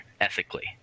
ethically